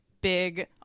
big